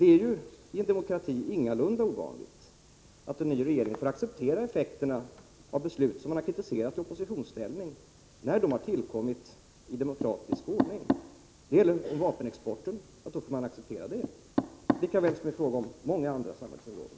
Det är i en demokrati ingalunda ovanligt att en ny regering får acceptera effekterna av beslut som man har kritiserat i oppositionsställning, när dessa har tillkommit i demokratisk ordning. Det gäller beträffande vapenexporten — och då får man acceptera den — lika väl som på många andra samhällsområden.